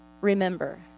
remember